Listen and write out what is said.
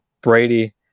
Brady